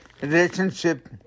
relationship